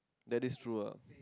that is true ah